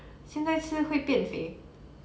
现在吃会变肥